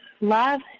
love